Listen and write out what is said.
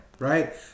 Right